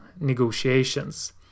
negotiations